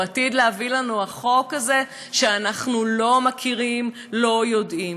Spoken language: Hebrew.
או עתיד להביא לנו החוק הזה שאנחנו לא מכירים ולא יודעים?